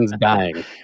dying